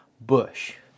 Bush